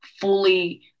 fully